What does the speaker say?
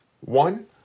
One